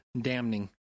damning